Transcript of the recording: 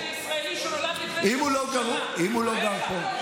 של הישראלי שנולד לפני, אם הוא לא גר פה?